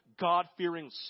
God-fearing